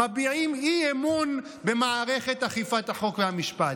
מביעים אי-אמון במערכת אכיפת החוק והמשפט.